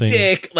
dick